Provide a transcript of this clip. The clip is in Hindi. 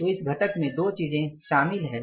तो इस घटक में दो चीजें शामिल हैं